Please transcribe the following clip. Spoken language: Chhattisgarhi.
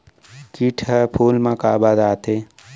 किट ह फूल मा काबर आथे?